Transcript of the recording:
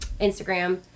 Instagram